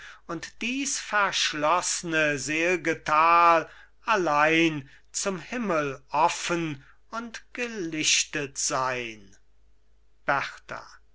und dies verschlossne sel'ge tal allein zum himmel offen und gelichtet sein